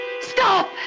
Stop